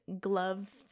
glove